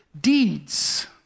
deeds